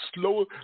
slow